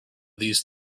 these